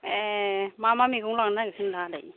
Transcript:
ए मा मा मैगं लांनो नागिरखो नोंहालाय